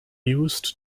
used